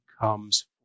comes